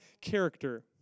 character